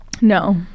No